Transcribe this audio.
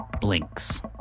blinks